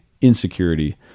insecurity